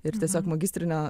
ir tiesiog magistrinio